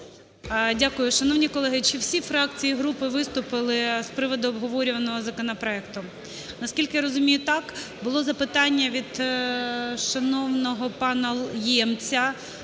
Дякую. Шановні колеги, чи всі фракції, групи виступили з приводу обговорюваного законопроекту? Наскільки я розумію, так. Було запитання від шановного пана Ємця